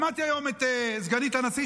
שמעתי היום את סגנית הנשיא,